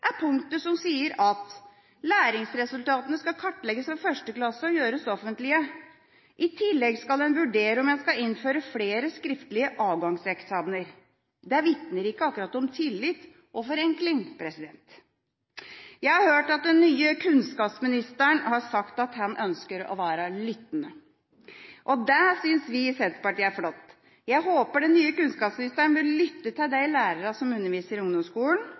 er punktet som sier at læringsresultatene skal kartlegges fra første klasse, og gjøres offentlige. I tillegg skal en vurdere om en skal innføre flere skriftlige avgangseksamener. Det vitner ikke akkurat om tillit og forenkling. Jeg har hørt at den nye kunnskapsministeren har sagt at han ønsker å være lyttende. Det synes vi i Senterpartiet er flott. Jeg håper den nye kunnskapsministeren vil lytte til lærerne som underviser i ungdomsskolen